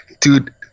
dude